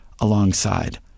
alongside